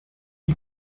die